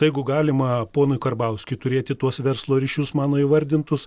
jeigu galima ponui karbauskiui turėti tuos verslo ryšius mano įvardintus